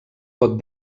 pot